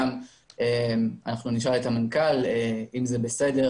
אנחנו נשאל את המנכ"ל אם זה בסדר